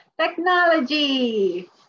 Technology